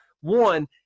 one